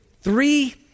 three